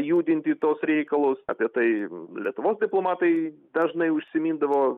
judinti tuos reikalus apie tai lietuvos diplomatai dažnai užsimindavo